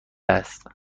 است